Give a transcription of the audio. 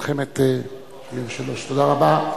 במלחמת 73'. תודה רבה.